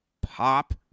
Pop